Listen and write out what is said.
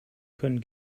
können